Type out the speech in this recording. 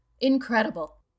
Incredible